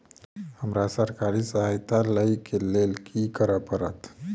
हमरा सरकारी सहायता लई केँ लेल की करऽ पड़त?